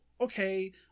okay